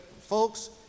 folks